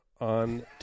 on